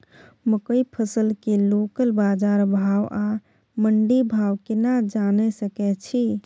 मकई फसल के लोकल बाजार भाव आ मंडी भाव केना जानय सकै छी?